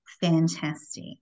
fantastic